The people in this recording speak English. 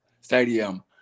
stadium